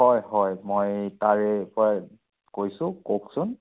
হয় হয় মই তাৰে পৰাই কৈছোঁ কওকচোন